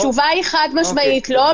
התשובה היא חד-משמעית לא